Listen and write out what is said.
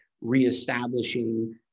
reestablishing